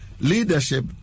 Leadership